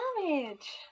damage